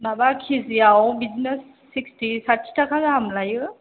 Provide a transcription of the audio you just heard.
माबा केजियाव बिदिनो सिक्सटि साथि थाखा गाहाम लायो